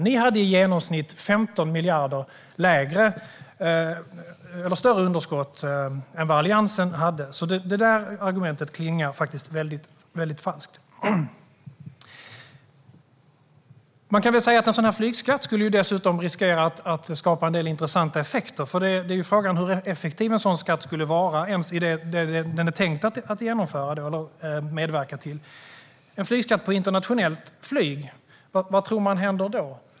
Ni hade i genomsnitt 15 miljarder större underskott än Alliansen hade, så det argumentet klingar faktiskt väldigt falskt. Det finns dessutom risk att en flygskatt skapar en del intressanta effekter. Frågan är hur effektiv en sådan skatt skulle vara ens i fråga om det den är tänkt att medverka till. En flygskatt på internationellt flyg - vad tror man händer då?